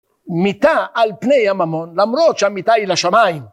מיתה על פני הממון למרות שהמיתה היא לשמיים